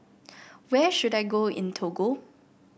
where should I go in Togo